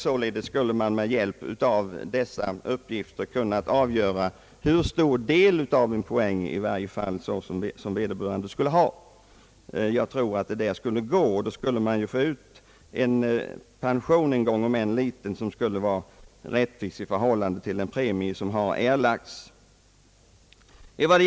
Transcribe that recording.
Således skulle man med hjälp av dessa uppgifter kunna avgöra hur stor del av en poäng som vederbörande skulle ha. Jag tror att detta system vore genomförbart. Då skulle man få ut en pension, om än liten, som skulle vara rättvis i förhållande till den premie som har erlagts.